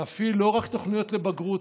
להפעיל לא רק תוכניות לבגרות,